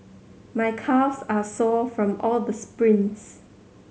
my calves are sore from all the sprints